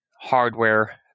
hardware